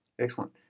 Excellent